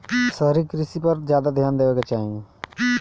शहरी कृषि पर ज्यादा ध्यान देवे के चाही